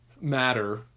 matter